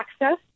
access